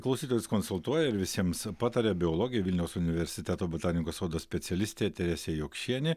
klausytojus konsultuoja ir visiems pataria biologė vilniaus universiteto botanikos sodo specialistė teresė jokšienė